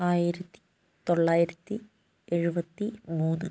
ആയിരത്തിത്തൊള്ളായിരത്തി എഴുപത്തി മൂന്ന്